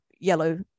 yellow